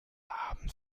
abend